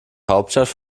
hauptstadt